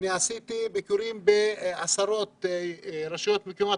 אני ערכתי ביקורים בעשרות רשויות מקומיות